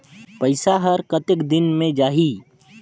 पइसा हर कतेक दिन मे जाही?